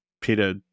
Peter